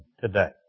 today